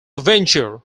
venture